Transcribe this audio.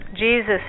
Jesus